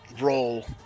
roll